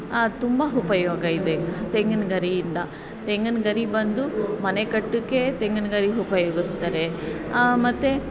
ತುಂಬ ಉಪಯೋಗಯಿದೆ ತೆಂಗಿನ ಗರಿಯಿಂದ ತೆಂಗಿನ ಗರಿ ಬಂದು ಮನೆ ಕಟ್ಟೋಕ್ಕೆ ತೆಂಗಿನ ಗರಿ ಉಪಯೋಗಿಸ್ತಾರೆ ಮತ್ತು